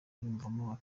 yiyumvamo